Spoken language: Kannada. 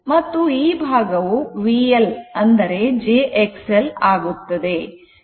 ಮತ್ತು ಈ ಭಾಗವು VL ಅಂದರೆ j XL ಆಗುತ್ತದೆ